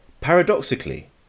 Paradoxically